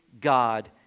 God